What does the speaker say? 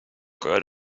good